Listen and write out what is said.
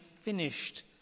finished